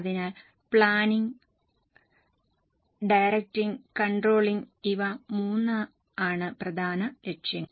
അതിനാൽ planning directing controlling ഇവ മൂന്നുമാണ് പ്രധാന ലക്ഷ്യങ്ങൾ